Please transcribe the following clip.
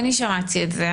אני שמעתי את זה,